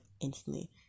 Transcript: instantly